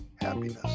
happiness